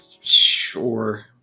sure